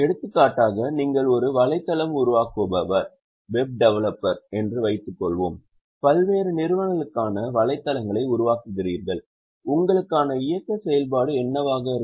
எடுத்துக்காட்டாக நீங்கள் ஒரு வலைதளம் வடிவமைப்பாளர் என்று வைத்துக்கொள்வோம் பல்வேறு நிறுவனங்களுக்கான வலைத்தளங்களை உருவாக்குகிறீர்கள் உங்களுக்கான இயக்க செயல்பாடு என்னவாக இருக்கும்